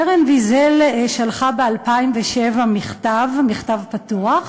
קרן ויזל שלחה ב-2007 מכתב, מכתב פתוח,